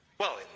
well,